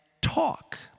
talk